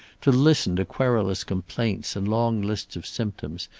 to listen to querulous complaints and long lists of symptoms,